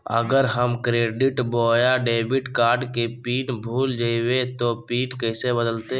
अगर हम क्रेडिट बोया डेबिट कॉर्ड के पिन भूल जइबे तो पिन कैसे बदलते?